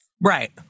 Right